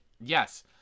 Yes